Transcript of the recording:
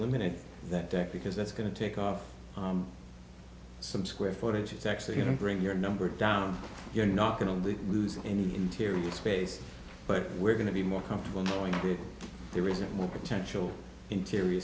limited that day because that's going to take off some square footage is actually going to bring your number down you're not going to lose any interior space but we're going to be more comfortable knowing that there isn't more potential interior